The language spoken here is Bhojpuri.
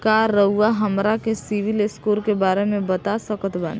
का रउआ हमरा के सिबिल स्कोर के बारे में बता सकत बानी?